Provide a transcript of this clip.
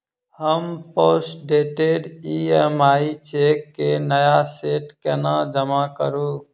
हम postdated EMI cheque केँ नया सेट केना जमा करू?